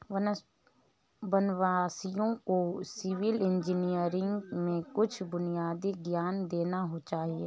वनवासियों को civil engineering में कुछ बुनियादी ज्ञान होना चाहिए